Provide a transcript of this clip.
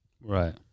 Right